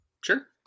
Sure